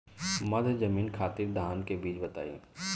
मध्य जमीन खातिर धान के बीज बताई?